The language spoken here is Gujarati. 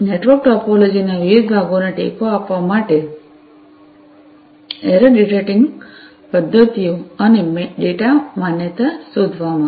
નેટવર્ક ટોપોલોજી ના વિવિધ ભાગોને ટેકો આપવા માટે એરર ડિટેકટિંગ પદ્ધતિઓ અને ડેટા માન્યતા શોધવામાં